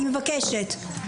אני מבקשת,